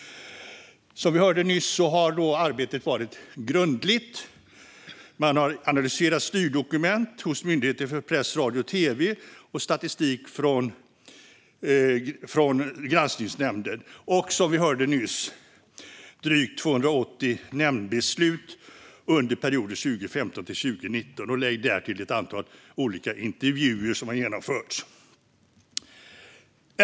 Som vi hörde nyss har arbetet varit grundligt. RRV har analyserat styrdokument hos Myndigheten för press, radio och tv och statistik från granskningsnämnden. Drygt 280 nämndbeslut under perioden 2015-2019 har också analyserats, och lägg därtill ett antal olika intervjuer som har genomförts.